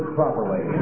properly